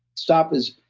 stop is.